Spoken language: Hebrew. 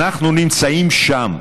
אנחנו נמצאים שם,